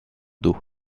d’eau